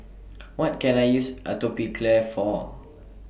What Can I use Atopiclair For